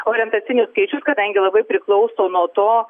orientacinius skaičius kadangi labai priklauso nuo to